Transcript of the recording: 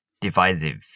divisive